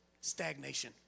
Stagnation